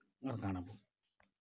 ଆଉ କାଣା ବୋ